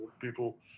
people